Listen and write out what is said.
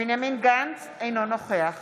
בנימין גנץ, אינו נוכח